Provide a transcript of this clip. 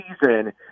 season